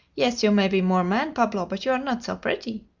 yes, you may be more man, pablo but you are not so pretty.